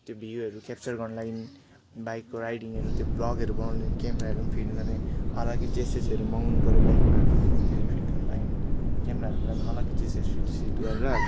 त्यो भ्युहरू क्यापचर गर्नु लागि बाइकको राइडिङहरू त्यो भ्लगहरू बनाउने क्यामेराहरू पनि फिट गर्ने अलगै चेसिसहरू मगाउनु पऱ्यो बाइकमा त्योहरू फिट गर्नु लागि क्यामेराहरूको लागि अलगै चेसिस फिटसिट गरेर